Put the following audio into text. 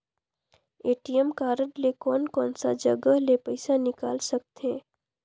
ATM card ले कोन कोन सा जगह ले पइसा निकाल सकथे?